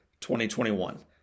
2021